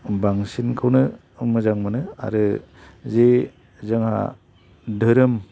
बांसिनखौनो मोजां मोनो आरो जि जोंहा धोरोम